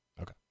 Okay